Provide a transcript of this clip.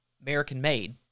American-made